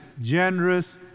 generous